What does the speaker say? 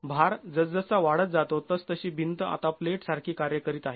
भार जसजसा वाढत जातो तसतशी भिंत आता प्लेट सारखी कार्य करीत आहे